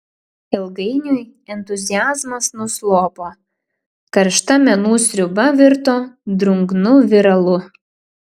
ilgainiui entuziazmas nuslopo karšta menų sriuba virto drungnu viralu